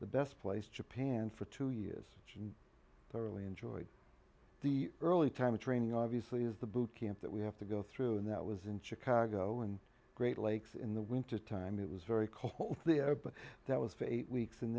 the best place japan for two years and thoroughly enjoyed the early time of training obviously is the boot camp that we have to go through and that was in chicago in great lakes in the wintertime it was very cold there but that was for eight weeks and